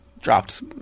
dropped